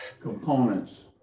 components